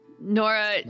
Nora